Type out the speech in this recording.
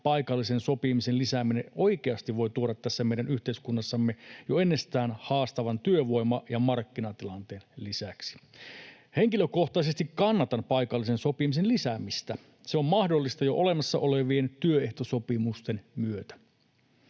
paikallisen sopimisen lisääminen oikeasti voi tuoda tässä meidän yhteiskunnassamme jo ennestään haastavan työvoima- ja markkinatilanteen lisäksi. Henkilökohtaisesti kannatan paikallisen sopimisen lisäämistä. Se on mahdollista jo olemassa olevien työehtosopimusten myötä.